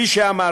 כפי שאמרתי,